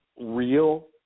real